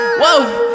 whoa